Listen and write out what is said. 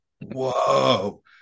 whoa